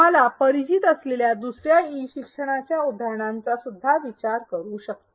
तुम्हाला परिचित असलेल्या दुसऱ्या ई शिक्षणाच्या उदाहरणांचा सुद्धा विचार करू शकता